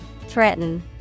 Threaten